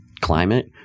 climate